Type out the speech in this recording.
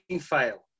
fail